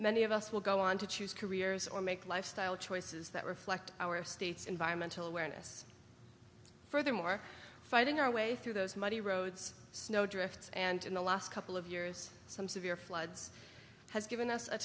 many of us will go on to choose careers or make lifestyle choices that reflect our state's environmental awareness furthermore fighting our way through those muddy roads snow drifts and in the last couple of years some severe floods has given us a